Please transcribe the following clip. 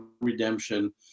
redemption